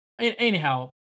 anyhow